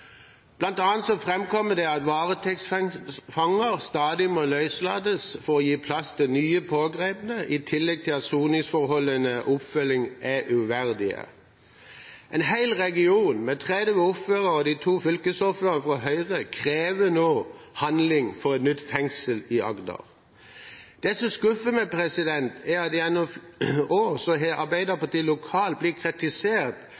det at varetektsfanger stadig må løslates for å gi plass til nye pågrepne, i tillegg til at soningsforholdene og oppfølging er uverdig. En hel region, med 30 ordførere og de to fylkesordførerne fra Høyre, krever nå handling for et nytt fengsel i Agder. Det som skuffer meg, er at gjennom